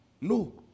No